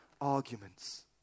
arguments